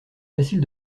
facile